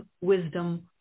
wisdom